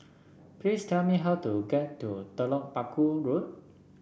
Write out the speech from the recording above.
please tell me how to get to Telok Paku Road